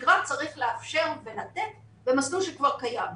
בשגרה צריך לאפשר ולתת במסלול שכבר קיים.